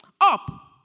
Up